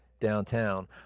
downtown